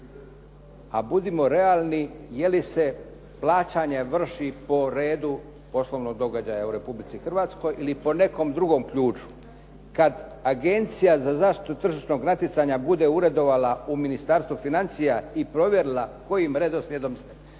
A budimo realni, je li se plaćanje vrši po redu poslovnog događaja u Republici Hrvatskoj ili po nekom drugom ključu? Kad Agencija za zaštitu tržišnog natjecanja bude uredovala u Ministarstvu financija i provjerila kojim redoslijedom